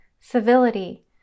Civility